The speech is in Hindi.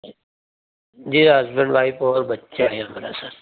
जी हस्बैंड वाइफ और बच्चे आए हमारे साथ